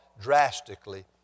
drastically